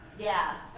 yeah.